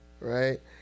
right